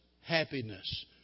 happiness